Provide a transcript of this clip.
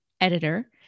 editor